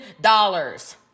dollars